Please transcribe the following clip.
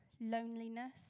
loneliness